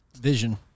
Vision